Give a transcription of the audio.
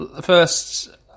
first